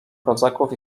kozaków